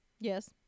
yes